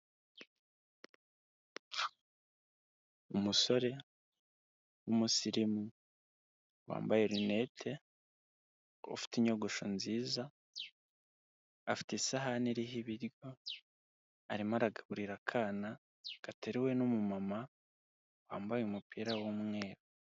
Umusore w'umusirimu wambaye rinete ufite inyogosho nziza, afite isahane iriho ibiryo arimo aragaburira akana gateruwe n'umumama wambaye umupira w'umweru.